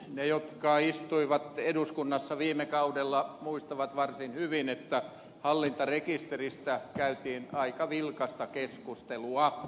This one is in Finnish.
ne jotka istuivat eduskunnassa viime kaudella muistavat varsin hyvin että hallintarekisteristä käytiin aika vilkasta keskustelua